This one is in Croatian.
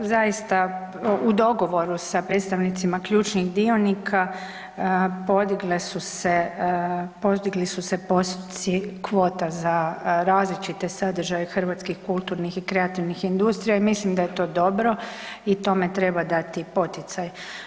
Zaista u dogovoru sa predstavnicima ključnih dionika podigli su se postoci kvota za različite sadržaje hrvatskih kulturnih i kreativnih industrija i mislim da je to dobro i tome treba dati poticaj.